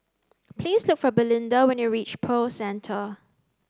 please look for Belinda when you reach Pearl Centre